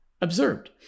observed